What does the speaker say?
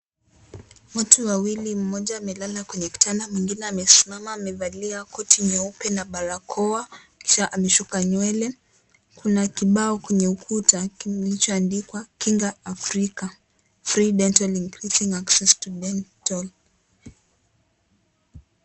Watu wawili mmoja amelala kwenye kitanda mwingine amesimama amevalia koti nyeupe na barakoa kisha ameshuka nywele. Kuna kibao kwenye ukuta kilichoandikwa kinga Afrika free dental increasing access to dental .